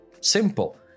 simple